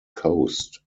coast